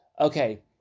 okay